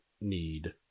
need